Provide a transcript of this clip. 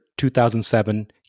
2007